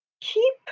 Keep